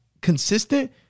consistent